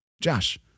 Josh